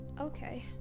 Okay